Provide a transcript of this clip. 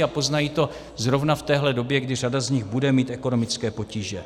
A poznají to zrovna v téhle době, kdy řada z nich bude mít ekonomické potíže.